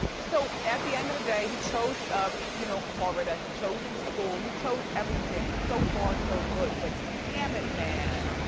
so at the end of the day, he chose you know florida, he chose his school, he chose everything. and so far so good, but damn it, man,